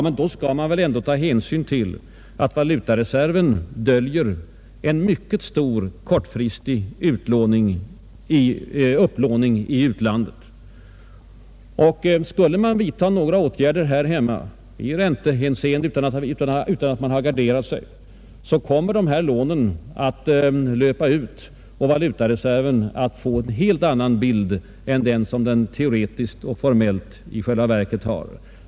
Men då skall man väl ändå ta hänsyn till att valutareserven döljer en mycket stor kortfristig upplåning i utlandet. Skulle man här hemma vidtaga några åtgärder i räntehänseende utan att ha garderat sig kommer pengarna att löpa ut och valutareserven att få en helt annan bild än den teoretiskt och formellt har i dag.